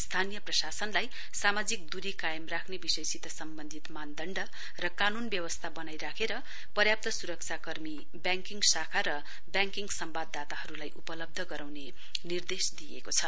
स्थानीय प्रशासनलाई सामाजिक दूरी कायम राख्ने विषयसित सम्वन्धित मानदण्ड र कानून व्यवस्था वनाइ राखेर पर्याप्त सुरक्षाकर्मी व्यङकिङ शाखा र व्याङकिङ सम्वाददाताहरूलाई उपलव्ध गराउने निर्देश दिइएको छ